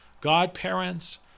godparents